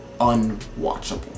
unwatchable